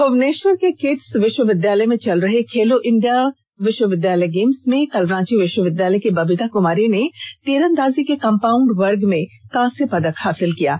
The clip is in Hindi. भुवनेष्वर के किटस विष्वविद्यालय में चल रहे खेलो इंडिया विष्वविद्यालय गेम्स में कल रांची विष्वविद्यालय की बबिता कमारी ने तीरंदाजी के कंपाउंड वर्ग में कांस्य पदक प्राप्त किया है